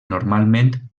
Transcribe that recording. normalment